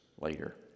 later